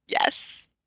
yes